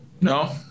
no